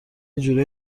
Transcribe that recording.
جورایی